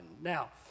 Now